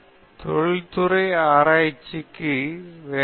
அர்ஜூன் ஆனால் இந்தியாவில் அதிக வாய்ப்புகள் இல்லை